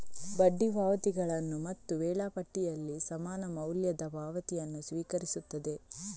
ಬಡ್ಡಿ ಪಾವತಿಗಳನ್ನು ಮತ್ತು ವೇಳಾಪಟ್ಟಿಯಲ್ಲಿ ಸಮಾನ ಮೌಲ್ಯದ ಪಾವತಿಯನ್ನು ಸ್ವೀಕರಿಸುತ್ತದೆ